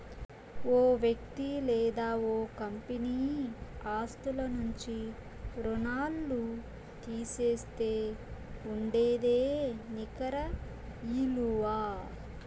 ఓ వ్యక్తి లేదా ఓ కంపెనీ ఆస్తుల నుంచి రుణాల్లు తీసేస్తే ఉండేదే నికర ఇలువ